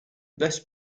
best